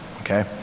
okay